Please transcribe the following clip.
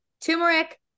turmeric